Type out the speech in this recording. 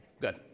good